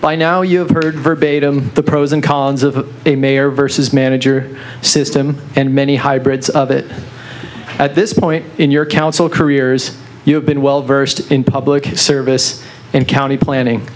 by now you have heard verbatim the pros and cons of a mayor versus manager system and many hybrids of it at this point in your council careers you have been well versed in public service and county planning